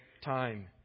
time